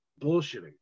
bullshitting